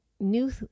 new